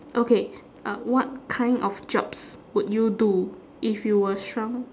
okay uh what kind of jobs would you do if you were shrunk